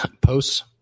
Posts